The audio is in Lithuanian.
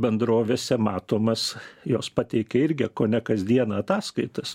bendrovėse matomas jos pateikia irgi kone kasdien ataskaitas